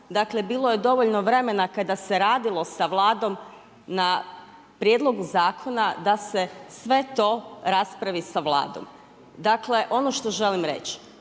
dakle bilo je dovoljno vremena kada se radilo sa Vladom na prijedlogu zakona da se sve to raspravi sa Vladom. Dakle ono što želim reći,